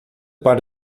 para